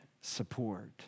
support